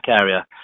area